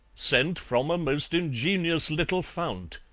scent from a most ingenious little fount,